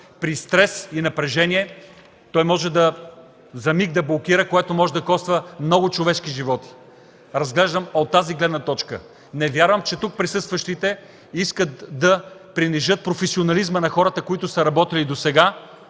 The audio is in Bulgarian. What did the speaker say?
при стрес и напрежение може да блокира за миг, което може да коства много човешки животи. Разглеждам го от тази гледна точка. Не вярвам, че тук присъстващите искат да принизят професионализма на хората, които са работили досега,